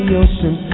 ocean